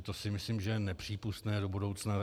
To si myslím, že je nepřípustné do budoucna.